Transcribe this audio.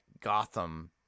Gotham